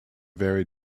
very